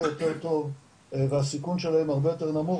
יותר טוב והסיכון שלהם הרבה יותר נמוך,